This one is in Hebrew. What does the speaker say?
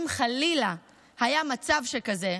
אם חלילה היה מצב שכזה,